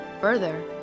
Further